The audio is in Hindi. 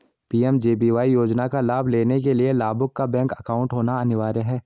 पी.एम.जे.बी.वाई योजना का लाभ लेने के लिया लाभुक का बैंक अकाउंट होना अनिवार्य है